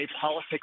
politics